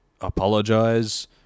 apologize